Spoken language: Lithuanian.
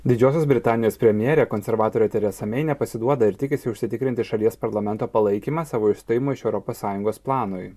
didžiosios britanijos premjerė konservatorė teresa mei nepasiduoda ir tikisi užsitikrinti šalies parlamento palaikymą savo išstojimo iš europos sąjungos planui